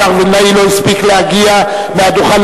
השר וילנאי לא הספיק להגיע מהדוכן,